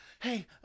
Hey